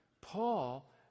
Paul